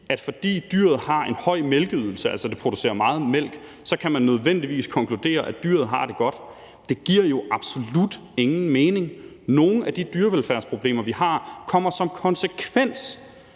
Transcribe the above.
at fordi dyret har en høj mælkeydelse, at det altså producerer meget mælk, så kan man nødvendigvis konkludere, at dyret har det godt, giver absolut ingen mening. Nogle af de dyrevelfærdsmæssige problemer, vi har, kommer som konsekvens